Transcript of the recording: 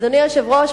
אדוני היושב-ראש,